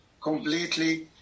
completely